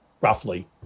roughly